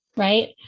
Right